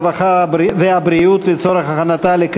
הרווחה והבריאות נתקבלה.